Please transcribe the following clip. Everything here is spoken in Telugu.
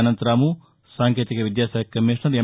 అనంతరాము సాంకేతిక విద్యాశాఖ కమీషనర్ ఎం